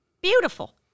beautiful